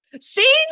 See